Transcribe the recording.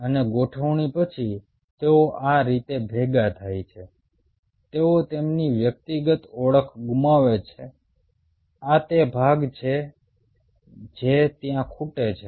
અને ગોઠવણી પછી તેઓ આ રીતે ભેગા થાય છે તેઓ તેમની વ્યક્તિગત ઓળખ ગુમાવે છે આ તે ભાગ છે જે ત્યાં ખૂટે છે